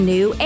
New